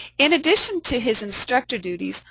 in addition to his instructor duties,